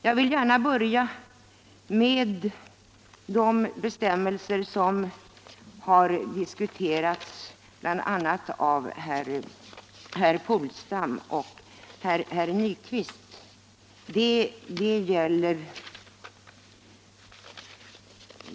Jag vill gärna börja med de bestämmelser som har diskuterats bl.a. av herr Polstam och herr Nyquist.